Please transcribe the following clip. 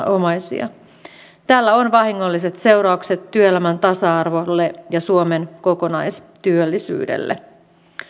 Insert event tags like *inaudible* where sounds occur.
*unintelligible* omaisia tällä on vahingolliset seuraukset työelämän tasa arvolle ja suomen kokonaistyöllisyydelle